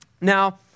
Now